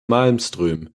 malmström